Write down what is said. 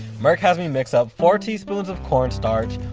merk has me mix ah four teaspoons of corn starch,